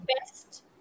best